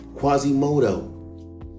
Quasimodo